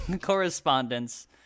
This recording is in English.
correspondence